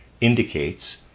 indicates